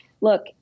look